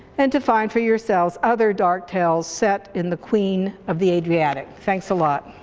and to find for yourselves other dark tales set in the queen of the adriatic. thanks a lot.